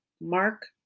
Mark